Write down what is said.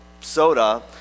soda